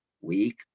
week